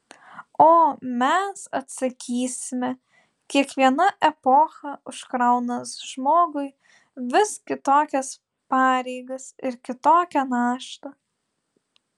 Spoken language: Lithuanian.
o mes atsakysime kiekviena epocha užkrauna žmogui vis kitokias pareigas ir kitokią naštą